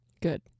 Good